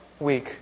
week